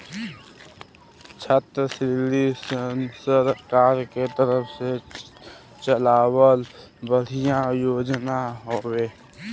छात्र ऋण सरकार के तरफ से चलावल बढ़िया योजना हौवे